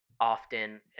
often